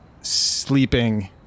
sleeping